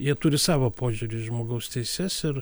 jie turi savo požiūrį į žmogaus teises ir